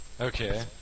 Okay